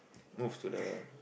move to the